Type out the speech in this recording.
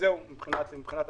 זהו מבחינת השר.